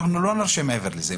אנחנו לא נרשה מעבר לזה.